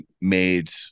made